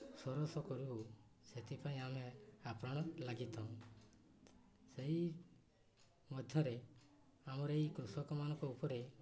ସରସ କରୁ ସେଥିପାଇଁ ଆମେ ଆପଣ ଲାଗିଥାଉଁ ସେଇ ମଧ୍ୟରେ ଆମର ଏଇ କୃଷକମାନଙ୍କ ଉପରେ